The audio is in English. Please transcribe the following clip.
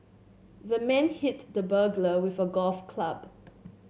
the man hit the burglar with a golf club